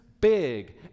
big